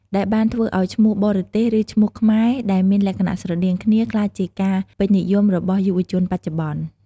ដែលបានធ្វើឲ្យឈ្មោះបរទេស ឬឈ្មោះខ្មែរដែលមានលក្ខណៈស្រដៀងគ្នា ក្លាយជាការពេញនិយមរបស់យុវជនបច្ចុប្បន្ន។